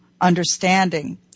understanding